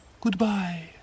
goodbye